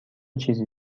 چیزی